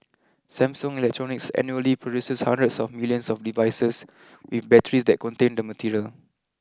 Samsung Electronics annually produces hundreds of millions of devices with batteries that contain the material